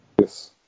Yes